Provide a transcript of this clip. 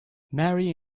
marry